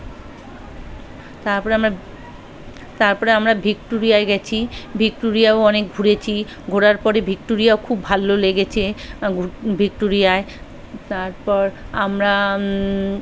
তারপরে আমরা তারপরে আমরা ভিক্টোরিয়ায় গেছি ভিক্টোরিয়াও অনেক ঘুরেছি ঘোরার পরে ভিক্টোরিয়াও খুব ভালো লেগেছে ভিক্টোরিয়ায় তারপর আমরা